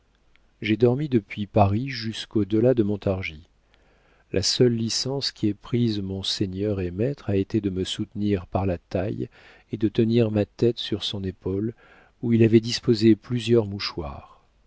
j'ai dormi depuis paris jusqu'au delà de montargis la seule licence qu'ait prise mon seigneur et maître a été de me soutenir par la taille et de tenir ma tête sur son épaule où il avait disposé plusieurs mouchoirs